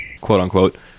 quote-unquote